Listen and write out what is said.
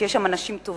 כי יש שם אנשים טובים,